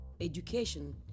education